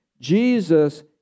Jesus